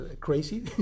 crazy